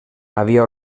havia